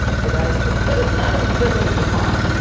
so that is true. but it's not a good looking car.